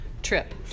Trip